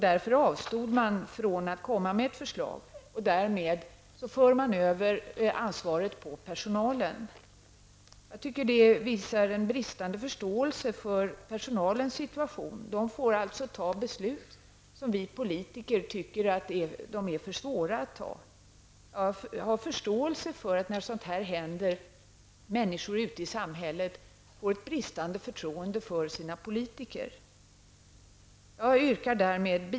Därför avstod man från att komma med ett förslag, och därmed för man över ansvaret på personalen. Jag tycker att det visar en bristande förståelse för personalens situation. Den får alltså ta beslut som vi politiker tycker är för svåra att ta. Jag har förståelse för att när sådant händer, människor ute i samhället får ett bristande förtroende för sina politiker.